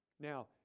Now